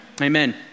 Amen